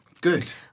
Good